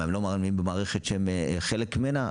הם לא מאמינים במערכת שהם חלק ממנה?